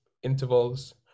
intervals